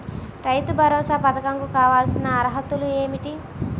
రైతు భరోసా పధకం కు కావాల్సిన అర్హతలు ఏమిటి?